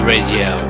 Radio